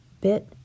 bit